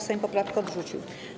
Sejm poprawkę odrzucił.